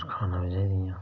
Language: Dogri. खाना बी चाहिदियां